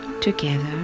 Together